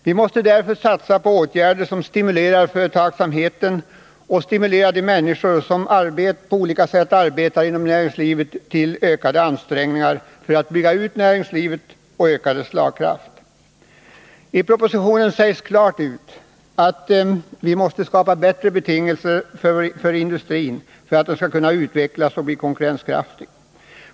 Vi måste därför satsa på åtgärder som stimulerar företagsamheten och de människor som på olika sätt arbetar inom näringslivet till ökade ansträngningar för att bygga ut näringslivet och öka dessa slagkraft. I propositionen sägs klart ut att vi måste skapa bättre betingelser för industrin för att den skall kunna utvecklas och bli konkurrenskraftig.